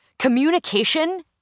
Communication